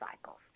cycles